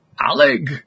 Alec